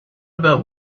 about